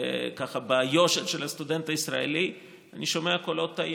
ביושר של הסטודנט הישראלי, אני שומע קולות: טעינו.